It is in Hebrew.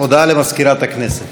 הודעה למזכירת הכנסת.